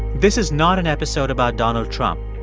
this is not an episode about donald trump.